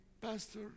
Pastor